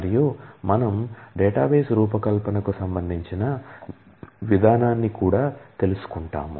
మరియు మనం డేటాబేస్ రూపకల్పనకు సంబంధించిన విధానాన్ని కూడా తెలుసుకుంటాం